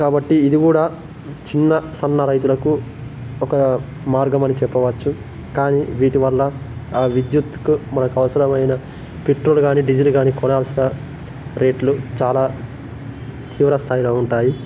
కాబట్టి ఇది కూడా చిన్న సన్న రైతులకు ఒక మార్గమని చెప్పవచ్చు కానీ వీటి వల్ల విద్యుత్కు మనకవసరమైన పెట్రోల్ గానీ డీజిల్ గానీ కొనాల్సిన రేట్లు చాలా చివర స్థాయిలో ఉంటాయి